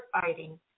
fighting